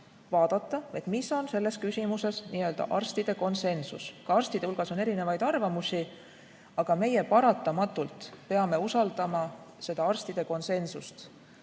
vaadata, mis on selles küsimuses arstide konsensus. Ka arstide hulgas on erinevaid arvamusi. Aga meie paratamatult peame usaldama arstide konsensust.